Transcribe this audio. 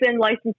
license